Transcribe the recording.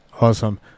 Awesome